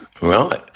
Right